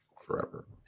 forever